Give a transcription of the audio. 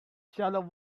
shallow